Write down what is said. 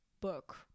book